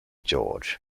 george